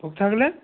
ভোগ থাকলে